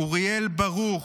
אוריאל ברוך,